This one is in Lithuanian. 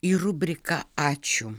į rubriką ačiū